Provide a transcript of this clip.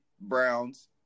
Browns